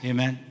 Amen